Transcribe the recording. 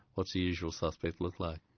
what's a usual suspect look like?